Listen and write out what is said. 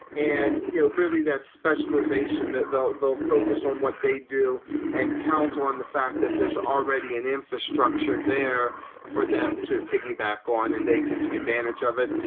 and you know really, that specialization, they'll they'll focus on what they do and count on the fact that there's already an infrastructure there for them to piggy back on, and they can take advantage of it.